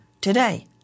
today